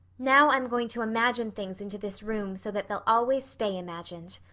now i'm going to imagine things into this room so that they'll always stay imagined.